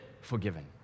forgiven